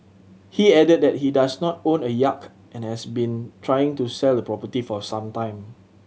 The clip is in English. he added that he does not own a yacht and has been trying to sell the property for some time